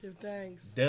Thanks